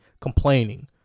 complaining